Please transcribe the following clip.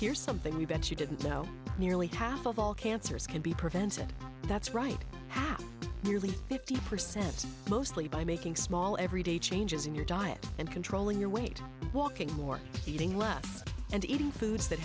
here something we bet you didn't know nearly half of all cancers can be prevented that's right half nearly fifty percent mostly by making small everyday changes in your diet and controlling your weight walking more eating less and eating foods that